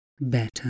better